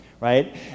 right